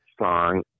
song